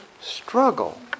struggle